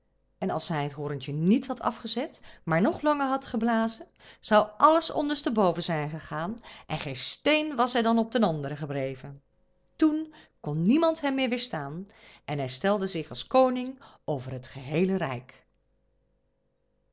en als hij het hoorntje niet had afgezet maar nog langer had geblazen zou alles ondersteboven zijn gegaan en geen steen was er op den anderen gebleven toen kon niemand hem meer weerstaan en hij stelde zich als koning over het geheele rijk